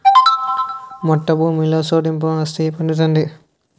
మెట్ట భూమిలో సోడిపంట ఏస్తే పండుతాది